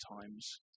times